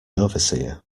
overseer